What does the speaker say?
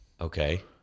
Okay